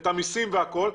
את המסים והכול,